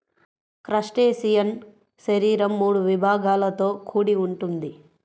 crustacean శరీరం మూడు విభాగాలతో కూడి ఉంటుంది